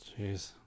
Jeez